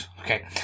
okay